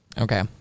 okay